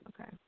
okay